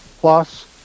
plus